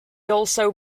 also